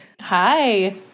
Hi